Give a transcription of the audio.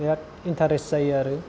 बिराद इन्टारेस्ट जायो आरो